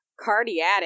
cardiac